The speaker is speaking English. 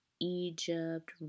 Egypt